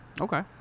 okay